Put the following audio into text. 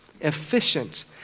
efficient